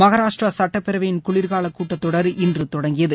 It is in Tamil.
மகாராஷ்டிரா சட்டப்பேரவையின் குளிர்கால கூட்டத்தொடர் இன்று தொடங்கியது